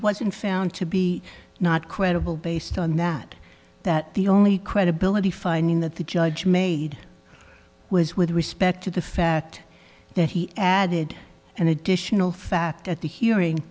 wasn't found to be not credible based on that that the only credibility finding that the judge made was with respect to the fact that he added an additional fact at the hearing